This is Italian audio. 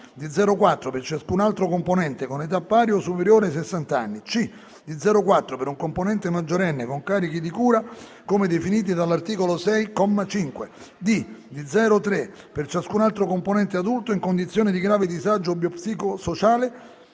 di 0,4 per ciascun altro componente con età pari o superiore a 60 anni; c) di 0,4 per un componente maggiorenne con carichi di cura, come definiti all'articolo 6, comma 5; d) di 0,3 per ciascun altro componente adulto in condizione di grave disagio bio-psico-sociale